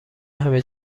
همه